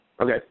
Okay